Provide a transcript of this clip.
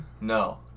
No